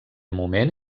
moment